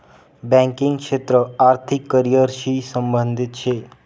banking क्षेत्र आर्थिक career शी संबंधित शे